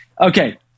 Okay